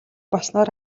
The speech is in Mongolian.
болсноор